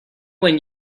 when